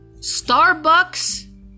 Starbucks